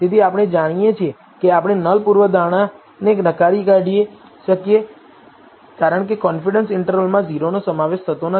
તેથી આપણે જાણીએ છીએ કે આપણે નલ પૂર્વધારણાને નકારી શકીએ કારણ કે કોન્ફિડન્સ ઈન્ટર્વલમાં 0 નો સમાવેશ થતો નથી